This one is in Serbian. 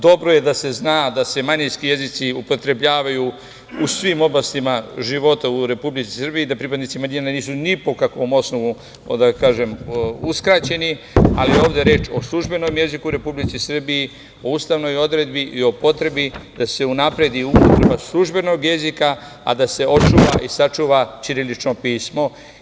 Dobro je da se zna da se manjinski jezici upotrebljavaju u svim oblastima života u Republici Srbiji, da pripadnici manjina nisu ni po kakvom osnovu uskraćeni, ali ovde je reč o službenom jeziku u Republici Srbiji, o Ustavnoj odredbi i o potrebi da se unapredi upotreba službenog jezika, a da se očuva i sačuva ćirilično pismo.